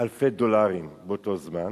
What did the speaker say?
אלפי דולרים באותו זמן